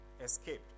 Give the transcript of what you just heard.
escaped